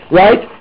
right